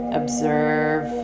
observe